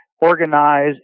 organize